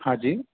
हा जी